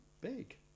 big